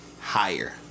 Higher